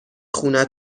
خونه